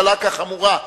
קלה כחמורה.